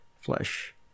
flesh